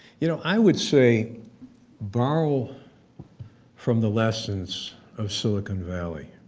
you know, i would say borrow from the lessons of silicon valley.